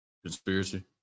Conspiracy